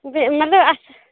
بیٚیہِ مَطلَب اَصٕل